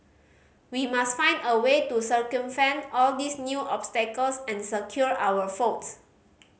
we must find a way to all these new obstacles and secure our